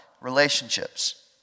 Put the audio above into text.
relationships